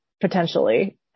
potentially